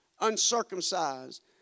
uncircumcised